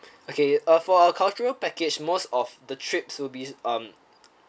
okay uh for our cultural package most of the trips will be um